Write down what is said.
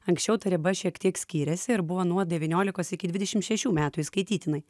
anksčiau ta riba šiek tiek skyrėsi ir buvo nuo devyniolikos iki dvidešimt šešių metų įskaitytinai